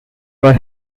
were